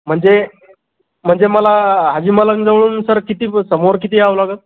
म्हणजे म्हणजे मला हाजी मलंगजवळून सर किती समोर किती यावं लागेल